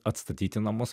atstatyti namus